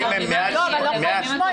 לימדתי את זה בימים הטובים לפני שהגעתי לפה.